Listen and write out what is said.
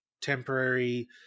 temporary